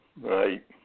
Right